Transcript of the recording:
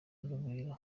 urugwiro